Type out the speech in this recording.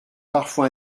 parfois